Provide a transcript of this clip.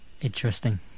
Interesting